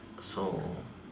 so